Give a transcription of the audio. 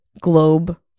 globe